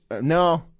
No